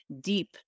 deep